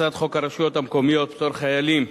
הצעת חוק הרשויות המקומיות (פטור חיילים,